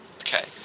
Okay